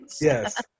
yes